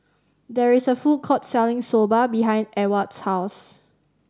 there is a food court selling Soba behind Ewald's house